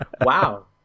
Wow